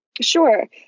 Sure